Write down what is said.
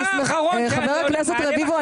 --- חבר הכנסת רביבו,